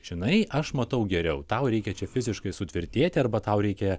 žinai aš matau geriau tau reikia čia fiziškai sutvirtėti arba tau reikia